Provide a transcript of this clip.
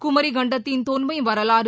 குமரிக் கண்டத்தின் தொன்மை வரவாறு